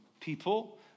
people